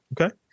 Okay